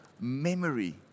memory